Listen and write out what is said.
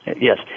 Yes